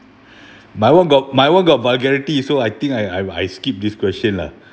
my one got my one got vulgarity so I think I'll I skip this question lah